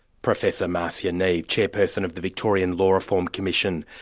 professor marcia neave, chairperson of the victorian law reform commission.